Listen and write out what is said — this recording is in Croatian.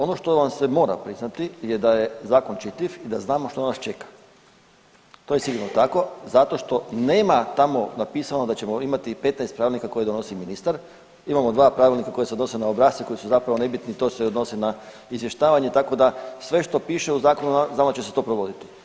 Ono što vam se mora priznati je da je zakon čitljiv i da znamo što nas čeka, to je sigurno tako zato što nema tamo napisano da ćemo imati 15 pravilnika koje donosi ministar, imamo dva pravilnika koja se odnose na obrasce koji su zapravo nebitni, to se odnosi na izvještavanje, tako da sve što piše u zakonu znamo da će se to provoditi.